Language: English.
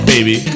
Baby